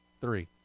three